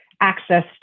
access